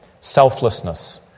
Selflessness